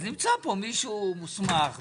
אז נמצא פה מישהו מוסמך,